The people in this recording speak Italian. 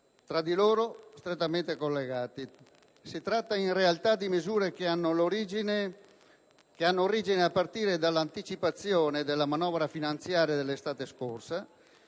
tra di loro strettamente collegati. Si tratta, in realtà, di misure che hanno origine a partire dalla anticipazione della manovra finanziaria dell'estate scorsa